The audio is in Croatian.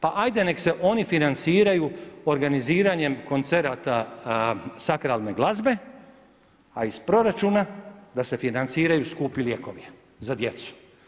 Pa hajde nek' se oni financiraju organiziranjem koncerata sakralne glazbe, a iz proračuna da se financiraju skupi lijekovi za djecu.